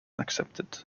accepted